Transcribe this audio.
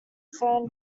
phone